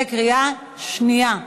בקריאה שנייה.